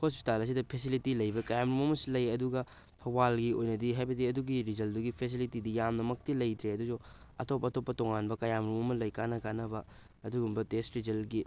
hospital ꯑꯁꯤꯗ facility ꯂꯩꯕ ꯀꯌꯥ ꯃꯔꯣꯝ ꯑꯃꯁꯨ ꯂꯩ ꯑꯗꯨꯒ ꯊꯧꯕꯥꯜꯒꯤ ꯑꯣꯏꯅꯗꯤ ꯍꯥꯏꯕꯗꯤ ꯑꯗꯨꯒꯤ ꯔꯤꯖꯜꯗꯨꯒꯤ ꯐꯦꯁꯤꯂꯤꯇꯤꯗꯤ ꯌꯥꯝꯅ ꯃꯛꯇꯤ ꯂꯩꯇ꯭ꯔꯦ ꯑꯗꯨ ꯑꯣꯏꯁꯨ ꯑꯇꯣꯞ ꯑꯇꯣꯞꯄ ꯇꯣꯉꯥꯟꯕ ꯀꯌꯥ ꯃꯔꯣꯝ ꯑꯃ ꯂꯩ ꯀꯥꯟꯅ ꯀꯥꯟꯅꯕ ꯑꯗꯨꯒꯨꯝꯕ ꯇꯦꯁ ꯔꯤꯖꯜꯒꯤ